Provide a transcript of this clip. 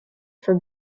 for